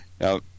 now